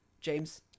James